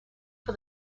for